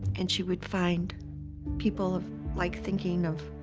and she would find people of like thinking of,